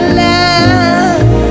love